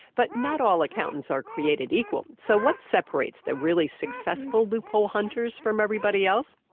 but not all accountants are created equal. so, what separates the really successful loophole hunters from everybody else?